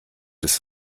des